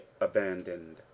abandoned